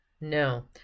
no